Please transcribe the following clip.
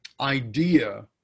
idea